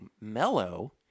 mellow